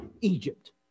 Egypt